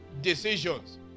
decisions